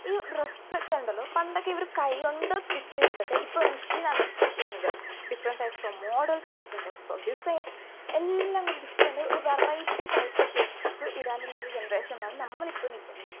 ഈ ഡ്രസ്സൊക്കെ ഉണ്ടല്ലോ പണ്ടൊക്കെ ഇവർ കൈ കൊണ്ട് സ്റ്റിച്ച് ചെയ്തൊക്കെ ഇപ്പോൾ മെഷീനാണ് സ്റ്റിച്ച് ചെയ്യുന്നത് different types of models different types of designs എല്ലാം കൂടി ഡിഫറെൻറ്റ് ഒരു വെറൈറ്റി ടൈപ്പ്സ് ഓഫ് ഡ്രസ്സ് ഇടാനുള്ള ഒരു ജനറേഷനാണ് നമ്മളിപ്പം നിൽക്കുന്നത്